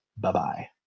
Bye-bye